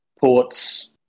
Port's